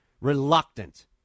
reluctant